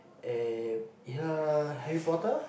eh either Harry-Potter